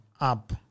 up